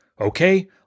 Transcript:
Okay